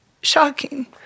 shocking